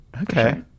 Okay